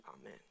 Amen